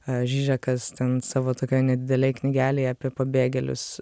a žižekas ten savo tokioj nedidelėj knygelėje apie pabėgėlius